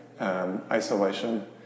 isolation